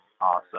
awesome